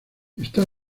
está